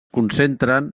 concentren